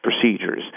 procedures